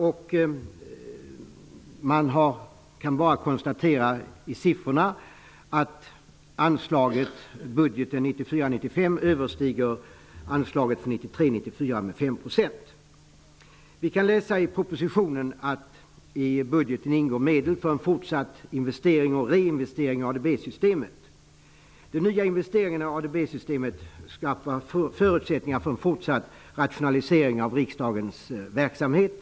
Utifrån siffrorna här kan det bara konstateras att anslaget för budgeten 1994/95 överstiger anslaget för I propositionen står det att i budgeten ingår medel för en fortsatt investering och reinvestering i ADB systemet. De nya investeringarna i ADB-systemet skapar förutsättningar för en fortsatt rationalisering av riksdagens verksamhet.